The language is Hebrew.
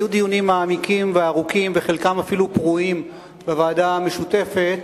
היו דיונים ארוכים ומעמיקים וחלקם אפילו פרועים בוועדה המשותפת.